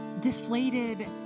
deflated